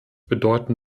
bedeuten